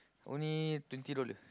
only twenty dollar